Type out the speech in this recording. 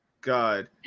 God